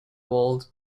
world